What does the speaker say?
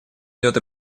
идет